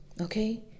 okay